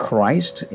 Christ